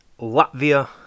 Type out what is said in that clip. Latvia